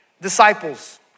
disciples